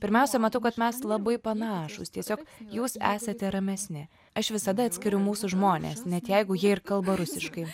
pirmiausia matau kad mes labai panašūs tiesiog jūs esate ramesni aš visada atskiriu mūsų žmones net jeigu jie ir kalba rusiškai